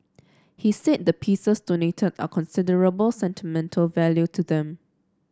he said the pieces donated are considerable sentimental value to them